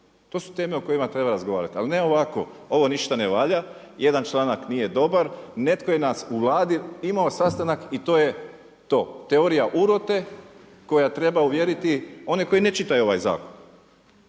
To su teme o kojima treba razgovarati ali ne ovako, ovo ništa ne valja, jedan članak nije dobar, netko je u Vladi imao sastanak i to je to. Teorija urote koja treba uvjeriti one koji ne čitaju ovaj zakon